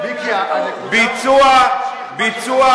אבל היא צודקת,